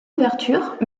ouvertures